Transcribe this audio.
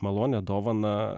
malonią dovaną